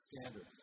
standards